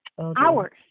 hours